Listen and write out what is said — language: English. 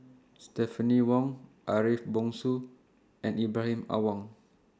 Stephanie Wong Ariff Bongso and Ibrahim Awang